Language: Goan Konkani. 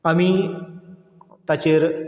आमी ताचेर